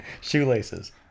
Shoelaces